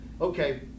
Okay